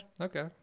Okay